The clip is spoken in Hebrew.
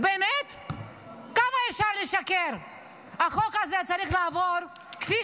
שבאמת לקחו על עצמם יחד איתי להעביר את